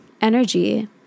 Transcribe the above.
energy